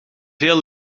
veel